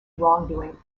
wrongdoing